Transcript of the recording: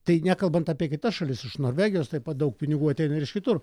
tai nekalbant apie kitas šalis iš norvegijos taip pat daug pinigų ateina ir iš kitur